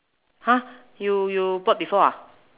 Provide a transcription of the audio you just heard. !huh! you you bought before ah